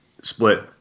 split